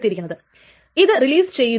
കാരണം ഇത് അബോർട്ട് ആയിപ്പോയി